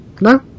no